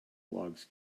logs